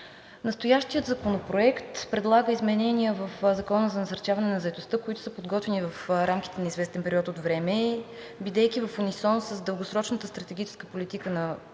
Настоящият законопроект предлага изменения в Закона за насърчаване на заетостта, които са подготвени в рамките на известен период от време, бидейки в унисон с дългосрочната стратегическа политика на